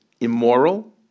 immoral